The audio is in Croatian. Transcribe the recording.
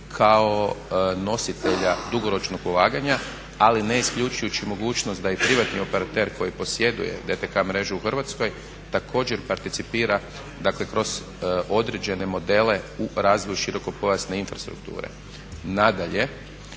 kao nositelja dugoročnog ulaganja, ali neisključujući mogućnost da i privatni operater koji posjeduje … mrežu u Hrvatskoj također participira dakle kroz određene modele u razvoj širokopojasne infrastrukture. Nadalje,